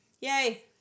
Yay